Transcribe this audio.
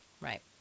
Right